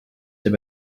have